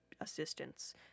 assistance